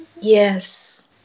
Yes